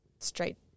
Straight